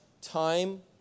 time